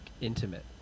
intimate